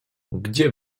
gdzie